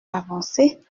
avancée